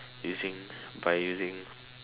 using by using